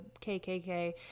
KKK